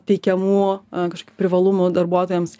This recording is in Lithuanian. teikiamų kažkokių privalumų darbuotojams